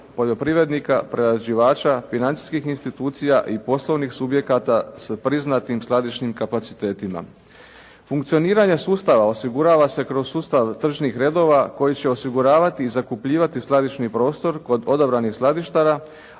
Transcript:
poljoprivrednika, prerađivača, financijskih institucija i poslovnih subjekata s priznatim skladišnim kapacitetima. Funkcioniranje sustava osigurava kroz sustav tržišnih redova koji će osiguravati i zakupljivati skladišni prostor kod odabranih skladištara,